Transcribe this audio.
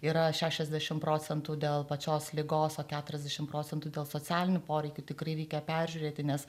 yra šešiasdešimt procentų dėl pačios ligos o keturiasdešimt procentų dėl socialinių poreikių tikrai reikia peržiūrėti nes